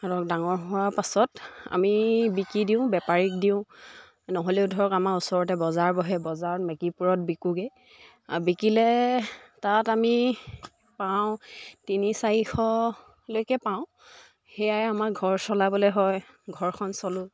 সিহঁতক ডাঙৰ হোৱাৰ পাছত আমি বিকি দিওঁ বেপাৰীক দিওঁ নহ'লেও ধৰক আমাৰ ওচৰতে বজাৰ বহে বজাৰত মেকিপুৰত বিকোগৈ বিকিলে তাত আমি পাওঁ তিনি চাৰিশলৈকে পাওঁ সেয়াই আমাৰ ঘৰ চলাবলৈ হয় ঘৰখন চলোঁ